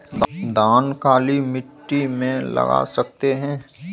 धान काली मिट्टी में लगा सकते हैं?